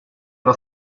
era